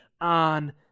on